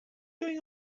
going